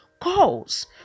calls